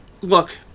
Look